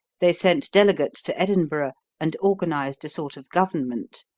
they sent delegates to edinburgh, and organized a sort of government.